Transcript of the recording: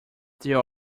there